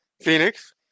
Phoenix